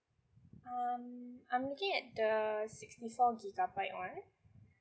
um I'm looking at the sixty four gigabyte one